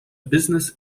business